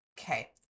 Okay